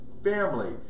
Family